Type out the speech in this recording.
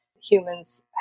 humans